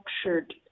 structured